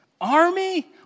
army